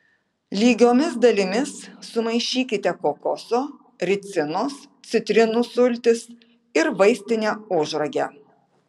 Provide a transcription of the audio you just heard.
lygiomis dalimis sumaišykite kokoso ricinos citrinų sultis ir vaistinė ožragę